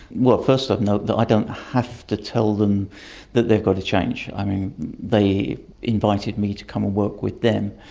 well first of note that i don't have to tell them that they've got to change. i mean they invited me to come and work with them.